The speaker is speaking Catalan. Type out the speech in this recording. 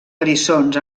eriçons